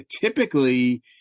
Typically